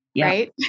Right